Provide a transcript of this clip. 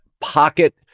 pocket